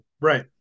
Right